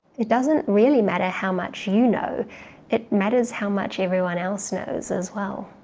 it doesn't really matter how much you know it matters how much everyone else knows as well.